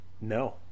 No